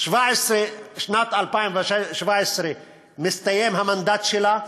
בשנת 2017 מסתיים המנדט שלה,